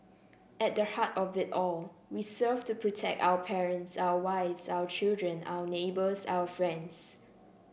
at the heart of it all we serve to protect our parents our wives our children our neighbours our friends